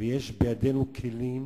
ויש בידינו כלים